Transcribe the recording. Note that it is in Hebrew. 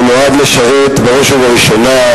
הוא נועד לשרת, בראש ובראשונה,